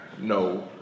no